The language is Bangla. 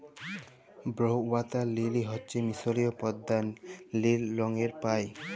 ব্লউ ওয়াটার লিলি হচ্যে মিসরীয় পদ্দা লিল রঙের পায়